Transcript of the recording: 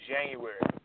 January